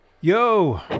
Yo